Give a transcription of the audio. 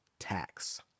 tax